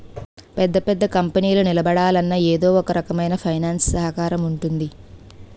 పెద్ద పెద్ద కంపెనీలు నిలబడాలన్నా ఎదో ఒకరకమైన ఫైనాన్స్ సహకారం ఉంటుంది